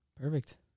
Perfect